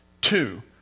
Two